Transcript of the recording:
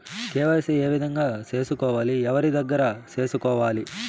KYC ఏ విధంగా సేసుకోవాలి? ఎవరి దగ్గర సేసుకోవాలి?